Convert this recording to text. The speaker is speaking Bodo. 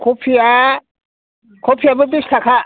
कबिया कबियाबो बिस थाखा